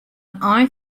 ein